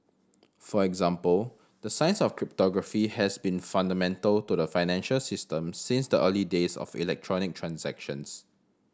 for example the science of cryptography has been fundamental to the financial system since the early days of electronic transactions